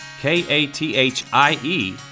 K-A-T-H-I-E